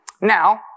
Now